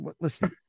Listen